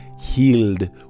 healed